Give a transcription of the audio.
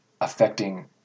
affecting